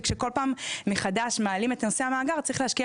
שכשכל פעם מחדש מעלים את נושא המאגר צריך להשקיע